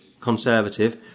conservative